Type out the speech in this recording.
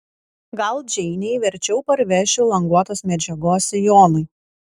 gal džeinei verčiau parvešiu languotos medžiagos sijonui